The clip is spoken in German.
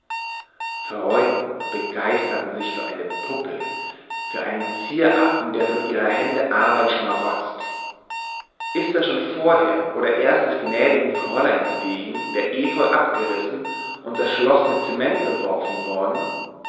freuten und begeisterten sich für eine puppe für einen zieraffen der von ihrer hände arbeit schmarotzt ist denn schon vorher oder erst des gnädigen fräuleins wegen der efeu abgerissen und das schloß mit cement beworfen worden